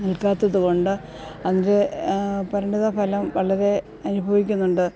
നില്ക്കാത്തതു കൊണ്ട് അതിന്റെ പരിണിത ഫലം വളരെ അനുഭവിക്കുന്നുണ്ട്